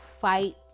fight